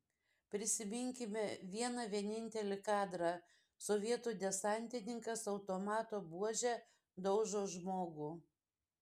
prisiminkime vieną vienintelį kadrą sovietų desantininkas automato buože daužo žmogų